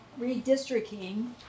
redistricting